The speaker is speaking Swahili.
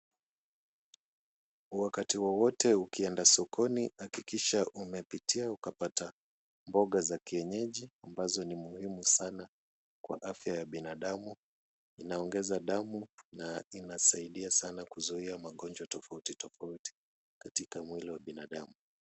Wakati wowote ukienda sokoni hakikisha umepitia ukapata mboga za kienyeji ambazo ni muhimu sana kwa afya ya binadamu. Inaongeza damu na inasaidia sana kuzuia magonjwa tofauti tofauti katika mwili wa binadamu.